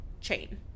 chain